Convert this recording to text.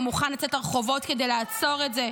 ומוכן לצאת לרחובות כדי לעצור את זה.